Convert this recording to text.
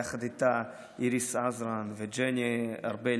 יחד איתה איריס עזרן וג'ני ארבלי,